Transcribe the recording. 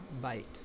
bite